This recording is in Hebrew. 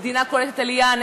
מדינה קולטת עלייה,